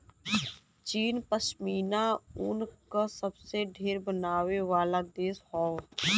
चीन पश्मीना ऊन क सबसे ढेर बनावे वाला देश हौ